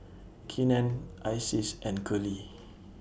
Keenen Isis and Curley